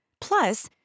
Plus